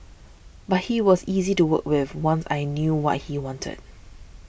but he was easy to work with once I knew what he wanted